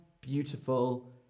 beautiful